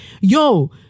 yo